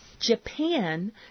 Japan